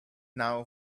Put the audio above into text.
now